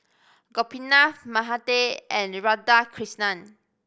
Gopinath Mahade and Radhakrishnan